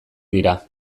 dira